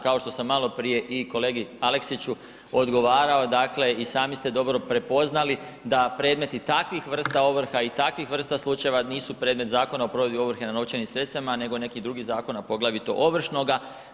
Kao što sam maloprije i kolegi Aleksiću odgovarao i sami ste dobro prepoznali da predmeti takvih vrsta ovrha i takvih vrsta slučajeva nisu predmet Zakona o provedbi ovrhe na novčanim sredstvima nego neki drugi zakon, a poglavito ovršnoga.